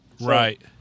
Right